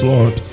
Lord